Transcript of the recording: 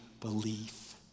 belief